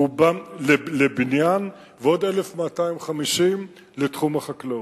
רובם לבניין, ועוד 1,250 לתחום החקלאות.